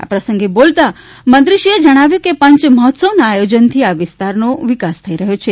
આપ્રસંગે બોલતા મંત્રી શ્રીએ જણાવ્યું કે પંચમહોત્સવના આયોજનથી આ વિસ્તારનો વિકાસ થઈ રહ્યો છે